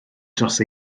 dros